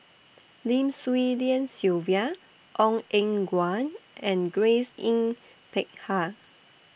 Lim Swee Lian Sylvia Ong Eng Guan and Grace Yin Peck Ha